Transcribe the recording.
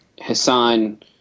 hassan